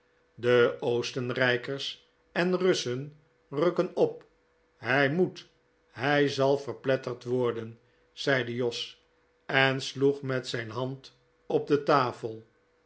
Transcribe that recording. de oostenrijkers en russen rukken op hij moet hij zal verpletterd worden zeide jos en sloeg met zijn hand op detafel